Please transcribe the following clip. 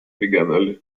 региональных